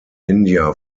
india